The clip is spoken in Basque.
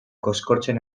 koskortzen